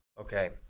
Okay